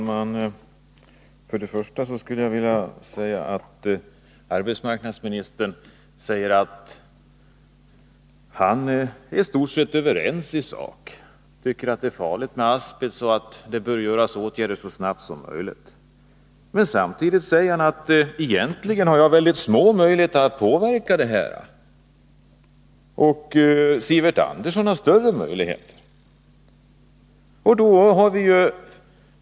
Herr talman! Arbetsmarknadsministern säger att han i stort sett är överens med oss i sak, att han tycker att asbest är farligt och att åtgärder bör vidtas så snart som möjligt. Men samtidigt säger han: Egentligen har jag mycket små möjligheter att påverka arbetarskyddsstyrelsens handläggning, och Sivert Andersson har större möjligheter.